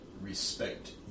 respect